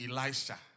Elisha